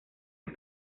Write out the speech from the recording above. las